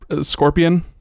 Scorpion